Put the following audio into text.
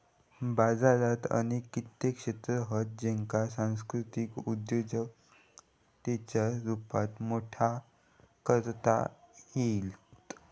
बाजारात असे कित्येक क्षेत्र हत ज्येंका सांस्कृतिक उद्योजिकतेच्या रुपात मोठा करता येईत